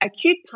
Acute